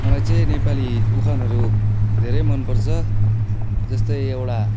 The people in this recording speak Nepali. मलाई चाहिँ नेपाली उखानहरू धेरै मनपर्छ जस्तै एउटा